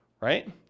Right